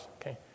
okay